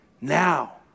now